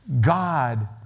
God